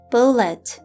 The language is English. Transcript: Bullet